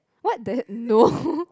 what the no